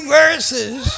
verses